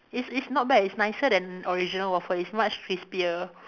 is is not bad it's nicer than original waffle is much crispier